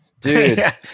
Dude